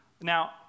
Now